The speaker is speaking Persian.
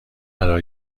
قرار